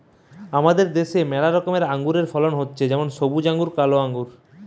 আমাদের দ্যাশে ম্যালা রকমের আঙুরের ফলন হতিছে যেমন সবুজ আঙ্গুর, কালো আঙ্গুর